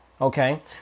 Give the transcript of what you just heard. Okay